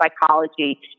psychology